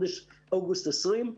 2020,